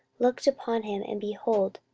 looked upon him, and, behold,